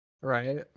Right